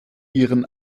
ihren